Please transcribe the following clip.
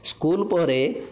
school ପରେ